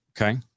Okay